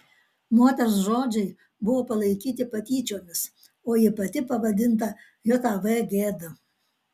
moters žodžiai buvo palaikyti patyčiomis o ji pati pavadinta jav gėda